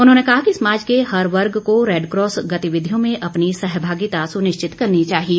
उन्होंने कहा कि समाज के हर वर्ग को रेडक्रॉस गतिविधियों में अपनी सहभागिता सुनिश्चित करनी चाहिए